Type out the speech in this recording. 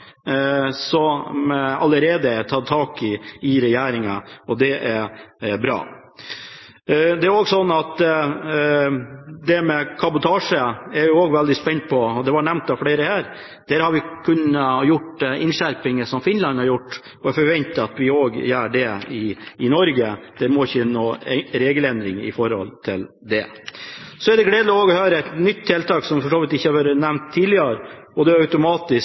allerede er tatt tak i av regjeringen. Det er bra. Jeg er også veldig spent på det med kabotasje. Det ble også nevnt av flere her. Der kunne vi gjort innskjerpinger som dem Finland har gjort, og jeg forventer at vi gjør det også i Norge. Det må ikke noen regelendring til for å gjøre det. Det er også gledelig å høre om et nytt tiltak, som for så vidt ikke har vært nevnt tidligere: automatisk skiltavlesing. Det er